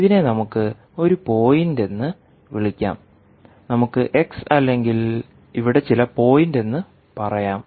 ഇതിനെ നമുക്ക് ഒരു പോയിന്റ് എന്ന് വിളിക്കാം നമുക്ക് എക്സ് x അല്ലെങ്കിൽ ഇവിടെ ചില പോയിന്റ് എന്ന് പറയാം